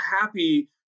happy